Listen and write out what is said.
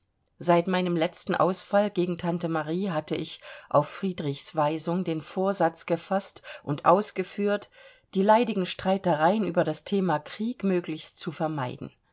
seit meinem letzten ausfall gegen tante marie hatte ich auf friedrichs weisung den vorsatz gefaßt und ausgeführt die leidigen streitereien über das thema krieg möglichst zu vermeiden